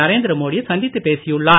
நரேந்திர மோடியை சந்தித்து பேசியுள்ளார்